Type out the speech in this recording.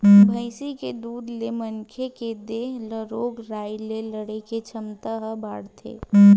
भइसी के दूद ले मनखे के देहे ल रोग राई ले लड़े के छमता ह बाड़थे